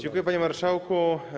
Dziękuję, panie marszałku.